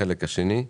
חלק שני,